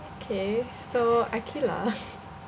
okay so aqilah